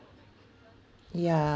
ya